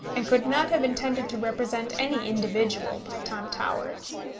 and could not have intended to represent any individual by tom towers.